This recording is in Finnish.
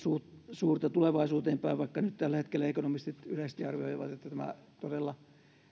suurta tulevaisuuteen päin ja vaikka nyt tällä hetkellä ekonomistit yleisesti arvioivat että tämä todella